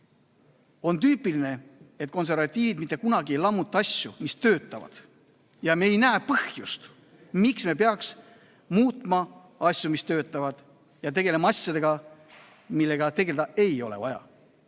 on tüüpiline, et konservatiivid mitte kunagi ei lammuta asju, mis töötavad. Me ei näe põhjust, miks me peaks muutma asju, mis töötavad, ja tegelema asjadega, millega tegelda ei ole vaja.